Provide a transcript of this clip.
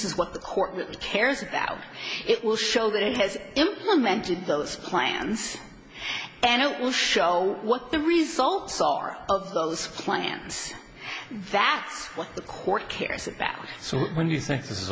is what the court cares about it will show that it has implemented those plans and it will show what the results are of those plants that's what the court cares about so when you think this is